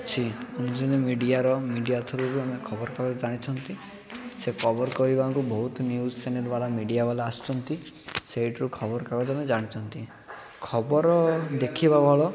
ଅଛି ମିଡ଼ିଆର ମିଡ଼ିଆ ଥ୍ରୁରୁ ଆମେ ଖବରକାଗଜ ଜାଣିଛନ୍ତି ସେ କଭର୍ କରିବାଙ୍କୁ ବହୁତ ନ୍ୟୁଜ୍ ଚ୍ୟାନେଲ୍ ବାଲା ମିଡ଼ିଆବାଲା ଆସୁଛନ୍ତି ସେଇଠିରୁ ଖବରକାଗଜ ଆମେ ଜାଣିଛନ୍ତି ଖବର ଦେଖିବା ଭଲ